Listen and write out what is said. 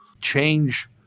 change